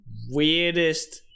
weirdest